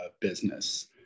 business